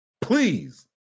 Please